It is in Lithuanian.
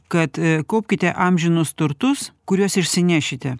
kad kaupkite amžinus turtus kuriuos išsinešite